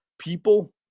People